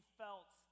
felt